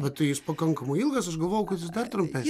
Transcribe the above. bet tai jis pakankamai ilgas aš galvojau kad jis dar trumpes